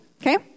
Okay